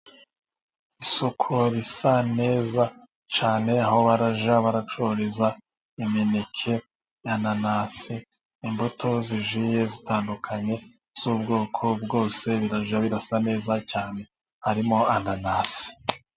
Isoko risa neza cyane aho bazajya bacururiza imineke, inanasi, imbuto zigiye zitandukanye z'ubwoko bwose, bizajya bisa neza cyane harimo inanasi.